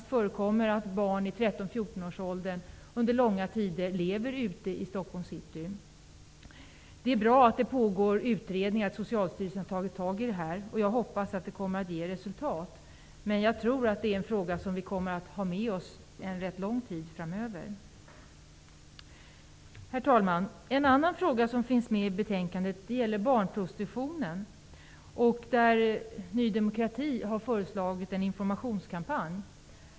Det förekommer faktiskt att barn i 13--14-årsåldern under långa tider lever ute i Stockholms city. Det är bra att Socialstyrelsen har tagit tag i det här och att det pågår utredningar. Jag hoppas att det kommer att ge resultat. Men jag tror att det är en fråga som vi kommer att ha med oss rätt lång tid framöver. Herr talman! En annan fråga som berörs i betänkandet är barnprostitutionen. Där har Ny demokrati föreslagit en informationskampanj.